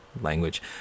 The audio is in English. language